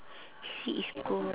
C is cool